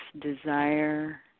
desire